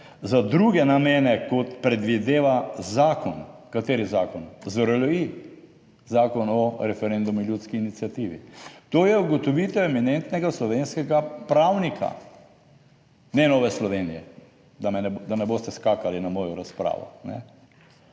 za druge namene, kot predvideva zakon. Kateri zakon? ZRLI. Zakon o referendumu in ljudski iniciativi. To je ugotovitev eminentnega slovenskega pravnika, ne Nove Slovenije, da ne boste skakali na mojo razpravo.